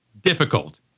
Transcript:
difficult